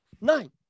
nine